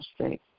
state